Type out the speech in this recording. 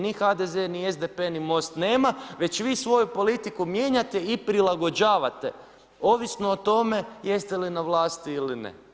Ni HDZ, ni SDP, ni MOST nema već vi svoju politiku mijenjate i prilagođavate ovisno o tome jeste li na vlasti ili ne.